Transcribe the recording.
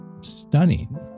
stunning